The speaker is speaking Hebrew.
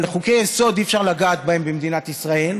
אבל חוקי-יסוד, אי-אפשר לגעת בהם במדינת ישראל.